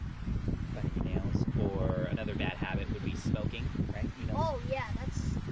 nails? biting your nails, or another bad habit would be smoking. right? you know oh, yeah, that's